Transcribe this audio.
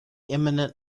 imminent